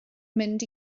mynd